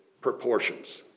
proportions